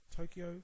Tokyo